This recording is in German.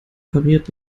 pariert